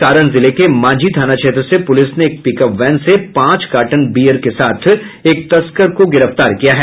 सारण जिले के मांझी थाना क्षेत्र से पुलिस ने एक पिकअप वैन से पांच कार्टन बीयर के साथ एक तस्कर को गिरफ्तार किया है